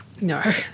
No